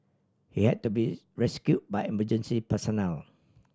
he had to be rescue by emergency personnel